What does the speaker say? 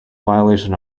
violation